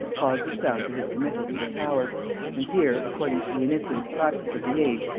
cause was found for his committal to the tower and here, according to the iniquitous practice of the age,